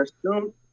assume